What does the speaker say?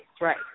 Right